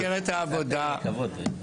צריך לתת לו כבוד.